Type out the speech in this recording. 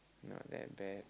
not that bad